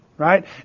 Right